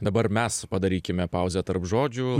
dabar mes padarykime pauzę tarp žodžių